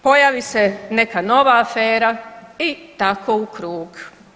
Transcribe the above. Pojavi se neka nova afera i tako u krug.